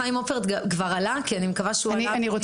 אני אומר